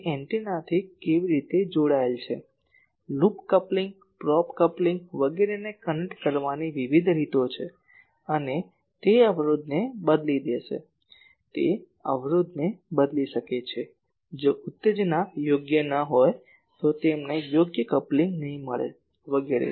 તે એન્ટેનાથી કેવી રીતે જોડાયેલ છે લૂપ કપ્લિંગ પ્રોબ કપ્લિંગ વગેરેને કનેક્ટ કરવાની વિવિધ રીતો છે અને તે અવરોધને બદલી દેશે અને તે અવરોધને બદલી શકે છે જો ઉત્તેજના યોગ્ય ન હોય તો તમને યોગ્ય કપલિંગ નહીં મળે વગેરે